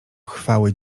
chwały